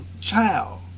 child